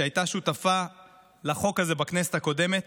שהייתה שותפה לחוק הזה בכנסת הקודמת.